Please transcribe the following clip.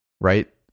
right